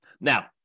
Now